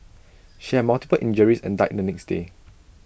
she had multiple injuries and died the next day